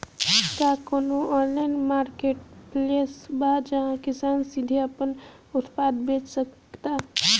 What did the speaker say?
का कोनो online marketplace बा जहां किसान सीधे अपन उत्पाद बेच सकता?